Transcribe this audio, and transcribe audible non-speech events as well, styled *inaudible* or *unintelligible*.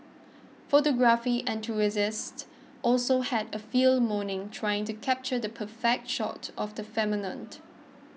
photography enthusiasts also had a field morning trying to capture the perfect shot of the *unintelligible*